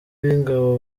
b’ingabo